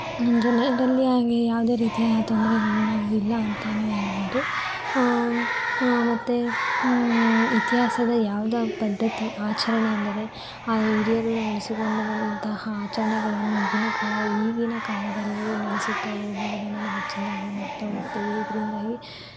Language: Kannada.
ನಮ್ಮ ಜೀವನದಲ್ಲಿ ಹಾಗೆ ಯಾವುದೇ ರೀತಿಯ ತೊಂದರೆಗಳು ನಾವು ಇಲ್ಲ ಅಂತಲೇ ಹೇಳ್ಬೋದು ಮತ್ತೆ ಇತಿಹಾಸದ ಯಾವುದೋ ಪದ್ಧತಿ ಆಚರಣೆ ಅಂದರೆ ಆ ಹಿರಿಯರು ನಡೆಸಿಕೊಂಡು ಬಂದಂತಹ ಆಚರಣೆಗಳನ್ನು ಈಗಿನ ಕಾ ಈಗಿನ ಕಾಲದಲ್ಲಿಯೂ ನಡೆಸುತ್ತ ಹೋಗುವುದನ್ನು ನಾವು ಹೆಚ್ಚಿನದ್ದಾಗಿ ನೋಡ್ತಾ ಹೋಗ್ತೀವಿ ಇದರಿಂದಾಗಿ